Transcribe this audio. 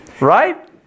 Right